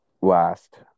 last